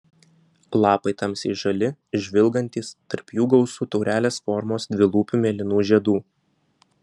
lapai tamsiai žali žvilgantys tarp jų gausu taurelės formos dvilūpių mėlynų žiedų